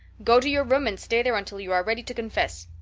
go to your room and stay there until you are ready to confess.